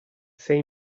sei